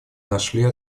нашли